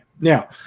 now